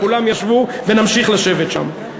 כולם ישבו, ונמשיך לשבת שם.